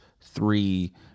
three